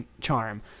charm